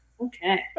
Okay